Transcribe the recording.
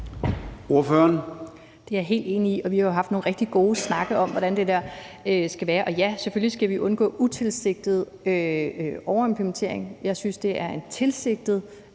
Det er jeg helt enig i. Vi har jo haft nogle rigtig gode snakke om, hvordan det skal være, og selvfølgelig skal vi undgå utilsigtet overimplementering. Jeg synes, det er et tilsigtet